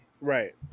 Right